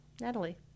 Natalie